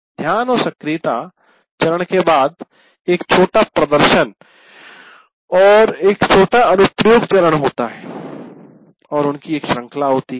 ध्यान और सक्रियता चरण के बाद एक छोटा प्रदर्शन और एक छोटा अनुप्रयोग चरण होता है और उनकी एक श्रृंखला होती है